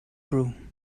broom